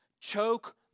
choke